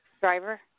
Driver